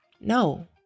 No